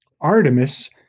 Artemis